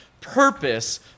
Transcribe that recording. purpose